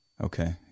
Okay